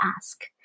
ask